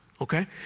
okay